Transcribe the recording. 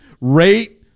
rate